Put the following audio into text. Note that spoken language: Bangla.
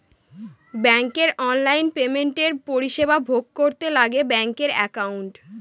ব্যাঙ্কের অনলাইন পেমেন্টের পরিষেবা ভোগ করতে লাগে ব্যাঙ্কের একাউন্ট